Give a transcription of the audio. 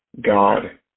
God